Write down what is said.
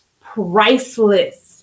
Priceless